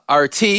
RT